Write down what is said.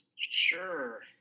Sure